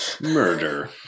murder